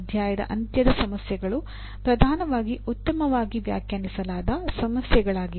ಅಧ್ಯಾಯದ ಅಂತ್ಯದ ಸಮಸ್ಯೆಗಳು ಪ್ರಧಾನವಾಗಿ ಉತ್ತಮವಾಗಿ ವ್ಯಾಖ್ಯಾನಿಸಲಾದ ಸಮಸ್ಯೆಗಳಾಗಿವೆ